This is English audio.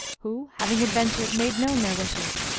who, having adventured, made known their wishes.